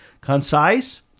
concise